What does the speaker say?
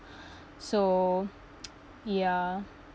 so ya